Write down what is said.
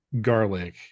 garlic